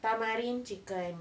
tamarind chicken